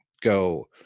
go